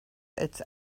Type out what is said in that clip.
its